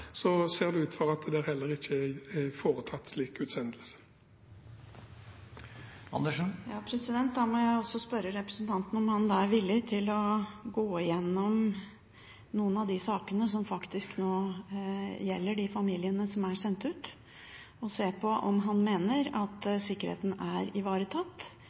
ser det heller ikke ut til at det er foretatt slike utsendelser. Da må jeg også spørre representanten om han er villig til å gå gjennom noen av de sakene som gjelder de familiene som er sendt ut. Mener han at sikkerheten er ivaretatt